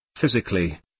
Physically